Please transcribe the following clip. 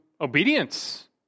obedience